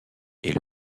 est